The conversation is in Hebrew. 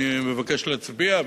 אני מבקש להצביע.